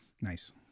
Nice